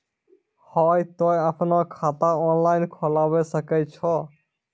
हाँ तोय आपनो खाता ऑनलाइन खोलावे सकै छौ?